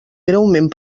greument